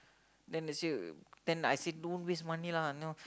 then they say then I say don't waste money lah you know